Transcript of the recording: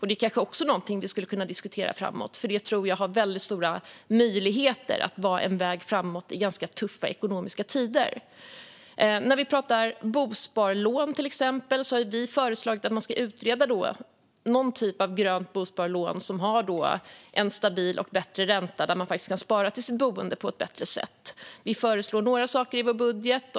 Det är kanske också något vi kan diskutera framöver, för det har stor möjlighet att vara en väg framåt i ganska tuffa ekonomiska tider. När det gäller bosparlån har vi föreslagit att man ska utreda någon typ av grönt bosparlån som har en stabil och bättre ränta så att man kan spara till sitt boende på ett bättre sätt. Vi föreslår några saker i vår budget.